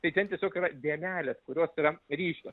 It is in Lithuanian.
tai ten tiesiog yra dėmelės kurios yra ryškios